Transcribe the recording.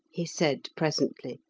he said presently.